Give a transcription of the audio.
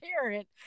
parent